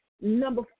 Number